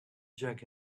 jack